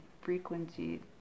frequency